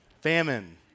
Famine